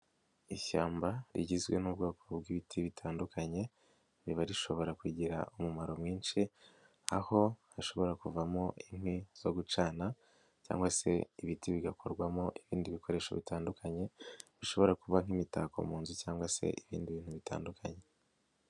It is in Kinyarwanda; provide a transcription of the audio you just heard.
Ishyamba rigizwe n'ubwoko bw'ibiti bitandukanye riba rishobora kugira umumaro mwinshi, aho hashobora kuvamo inkwi zo gucana cyangwa se ibiti bigakorwamo ibindi bikoresho bitandukanye bishobora kuba nk'imitako mu nzu cyangwa se ibindi bintu bitandukanye.